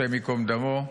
השם ייקום דמו.